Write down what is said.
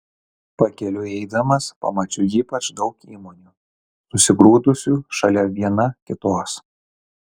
pakeliui eidamas pamačiau ypač daug įmonių susigrūdusių šalia viena kitos